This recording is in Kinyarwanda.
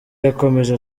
yakomeje